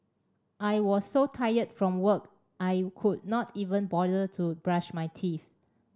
I was so tired from work I could not even bother to brush my teeth